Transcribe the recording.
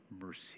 mercy